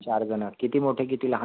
चारजण किती मोठे किती लहान